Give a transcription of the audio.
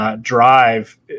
Drive